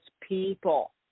people